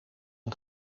een